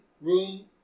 room